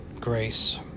grace